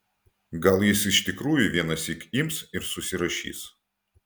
gal jis iš tikrųjų vienąsyk ims ir susirašys